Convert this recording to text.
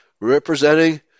representing